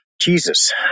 Jesus